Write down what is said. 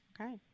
Okay